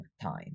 time